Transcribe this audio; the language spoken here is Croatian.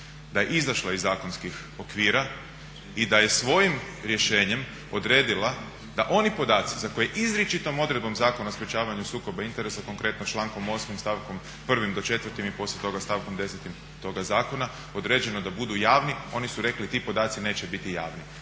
da je izašla iz zakonskih okvira i da je svojim rješenjem odredila da oni podaci za koje izričitom Zakona o sprječavanju sukoba interesa, konkretno člankom 8. stavkom 1. do 4. i poslije toga stavkom 10. toga zakona određeno da budu javni, oni su rekli ti podaci neće biti javni.